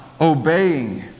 obeying